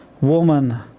woman